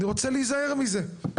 אני רוצה להיזהר מזה.